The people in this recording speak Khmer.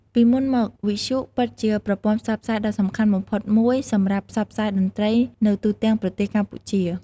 ពីមុនមក វិទ្យុ ពិតជាប្រព័ន្ធផ្សព្វផ្សាយដ៏សំខាន់បំផុតមួយសម្រាប់ ផ្សព្វផ្សាយតន្ត្រីនៅទូទាំងប្រទេសកម្ពុជា។